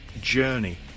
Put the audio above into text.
journey